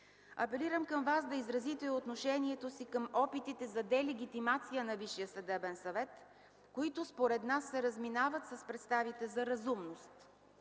Апелирам към вас да изразите отношението си към опитите за делегитимация на Висшия съдебен съвет, които според нас се разминават с представите за разумност.